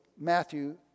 Matthew